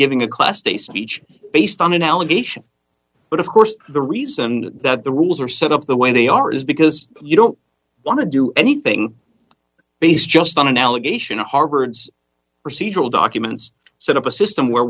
giving a class they speech based on an allegation but of course the reason that the rules are set up the way they are is because you don't want to do anything based just on an allegation of harvard's procedural documents set up a system where